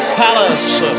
palace